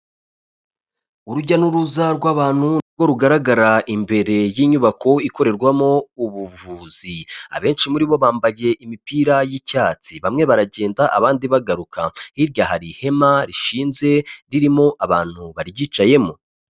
Urujya n'uruza rw'abantu ni rwo rugaragara imbere y'inyubako ikorerwamo ubuvuzi, abenshi muri bo bambaye imipira y'icyatsi, bamwe baragenda abandi bagaruka, hirya hari ihema rishinze ririmo abantu baryicayemo.